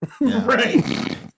right